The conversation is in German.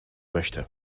möchte